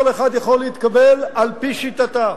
כל אחד יכול להתקבל על-פי שיטתה.